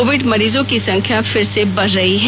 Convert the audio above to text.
Covid मरीजों की संख्या फिर से बढ़ रही है